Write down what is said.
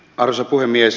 arvoisa puhemies